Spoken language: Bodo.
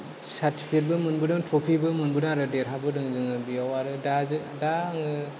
सार्थिफिकेतबो मोनबोदों थ्रफिबो मोनबोदों आरो देरहाबोदों जोङो बेयाव आरो दा दा आङो